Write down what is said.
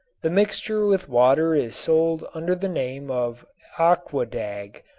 the mixture with water is sold under the name of aquadag,